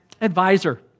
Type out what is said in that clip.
Advisor